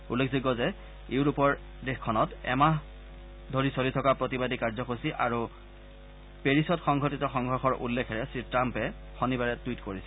উল্লেখযোগ্য যে ইউৰোপৰ দেশখনত এমাহ চলি থকা প্ৰতিবাদী কাৰ্য্যসূচী আৰু পেৰিছত সংঘটিত সংঘৰ্ষৰ উল্লেখেৰে শ্ৰীট্ৰাম্পে শনিবাৰে টুইট কৰিছিল